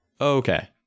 Okay